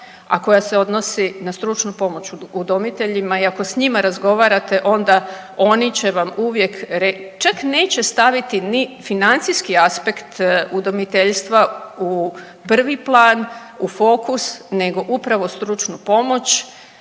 a koja se odnosi na stručnu pomoć udomiteljima. I ako s njima razgovarate onda oni će vam uvijek, čak neće staviti ni financijski aspekt udomiteljstva u prvi plan, u fokus, nego upravo stručnu pomoć